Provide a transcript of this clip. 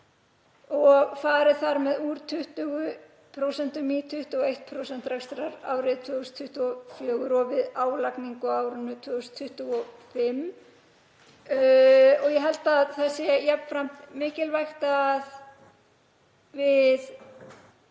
og fari þar með úr 20% í 21% rekstrarárið 2024 og við álagningu á árinu 2025. Ég held að það sé jafnframt mikilvægt að við